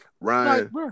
Ryan